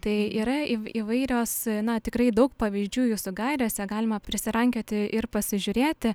tai yra įv įvairios na tikrai daug pavyzdžių jūsų gairėse galima prisirankioti ir pasižiūrėti